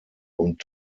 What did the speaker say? und